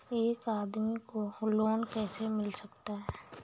एक आदमी को लोन कैसे मिल सकता है?